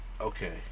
Okay